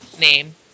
name